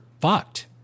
fucked